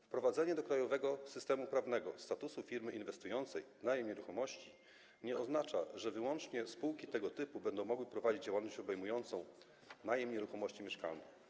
Wprowadzenie do krajowego systemu prawnego statusu firmy inwestującej w najem nieruchomości nie oznacza, że wyłącznie spółki tego typu będą mogły prowadzić działalność obejmującą najem nieruchomości mieszkalnych.